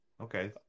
Okay